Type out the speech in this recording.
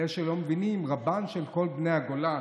לאלה שלא מבינים, רבם של כל בני הגולה,